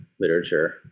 Literature